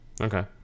okay